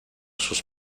sus